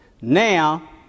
Now